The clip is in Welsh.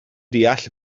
deall